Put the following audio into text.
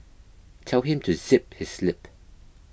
tell him to zip his lip